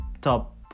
top